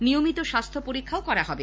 নিয়মিত স্বাস্হ্য পরীক্ষাও করা হবে